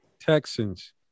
Texans